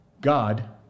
God